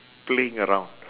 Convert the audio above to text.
playing around